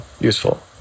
useful